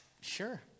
sure